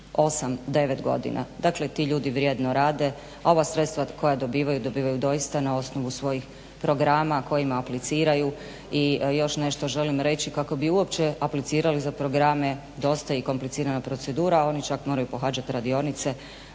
8, 9 godina. Dakle, ti ljudi vrijedno rade, a ova sredstva koja dobivaju dobivaju doista na osnovu svojih programa kojima apliciraju. I još nešto želim reći kako bi uopće aplicirali za programe, dosta je i komplicirana procedura, oni čak moraju pohađati radionice